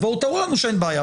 אז בואו תראו לנו שאין בעיה.